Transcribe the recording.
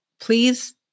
Please